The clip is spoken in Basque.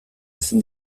ezin